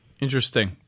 Interesting